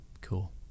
Cool